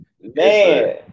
man